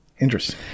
Interesting